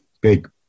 big